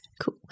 Cool